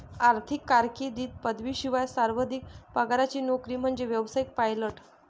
आर्थिक कारकीर्दीत पदवीशिवाय सर्वाधिक पगाराची नोकरी म्हणजे व्यावसायिक पायलट